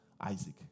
Isaac